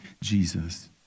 Jesus